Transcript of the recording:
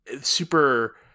super